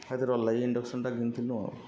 ହେଥିରର୍ଲାଗି ଇଣ୍ଡକ୍ସନ୍ଟା ଘିନିଥିନୁ ଆଉ